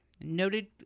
Noted